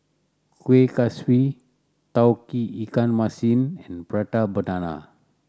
Kueh Kaswi Tauge Ikan Masin and Prata Banana